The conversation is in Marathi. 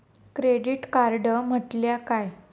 क्रेडिट कार्ड म्हटल्या काय?